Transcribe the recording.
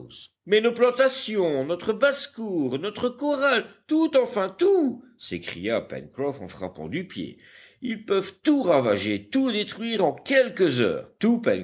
mais nos plantations notre basse-cour notre corral tout enfin tout s'écria pencroff en frappant du pied ils peuvent tout ravager tout détruire en quelques heures